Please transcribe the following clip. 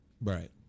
right